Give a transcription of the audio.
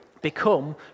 become